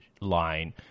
line